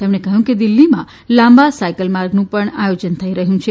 તેમણે કહ્યું કે દિલ્હીમાં લાંબા સાયકલ માર્ગનું પણ આયોજન થઇ રહ્યું છે